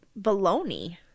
Baloney